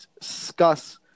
discuss